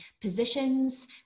positions